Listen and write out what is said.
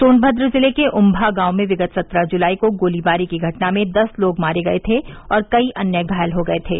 सोनभद्र जिले के उम्भा गांव में विगत सत्रह जुलाई को गोलीबारी की घटना में दस लोग मारे गये थे और कई घायल हो गये थे